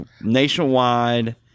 nationwide